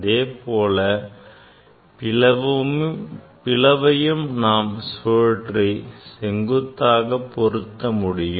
இதேபோல பிளவையும் நாம் சுழற்றி செங்குத்தாக பொருத்த முடியும்